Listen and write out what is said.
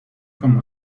como